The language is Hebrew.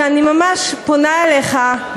אני ממש פונה אליך,